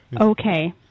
Okay